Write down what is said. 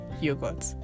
yogurt